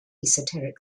esoteric